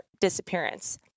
disappearance